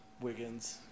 Wiggins